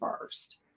first